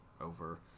over